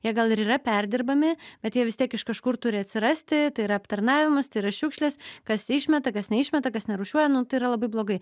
jie gal ir yra perdirbami bet jie vis tiek iš kažkur turi atsirasti tai yra aptarnavimas tai yra šiukšlės kas išmeta kas neišmeta kas nerūšiuoja nu tai yra labai blogai